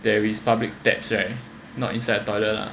there is public taps right not inside toilet lah